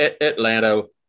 Atlanta